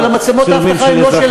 אבל מצלמות האבטחה הן לא שלנו.